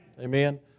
Amen